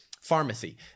Pharmacy